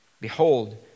Behold